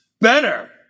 better